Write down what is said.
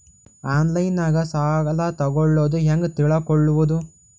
ಆನ್ಲೈನಾಗ ಸಾಲ ತಗೊಳ್ಳೋದು ಹ್ಯಾಂಗ್ ತಿಳಕೊಳ್ಳುವುದು?